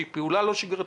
שהיא פעולה לא שגרתית.